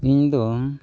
ᱤᱧᱫᱚ